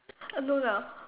alone ah